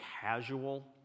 casual